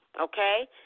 okay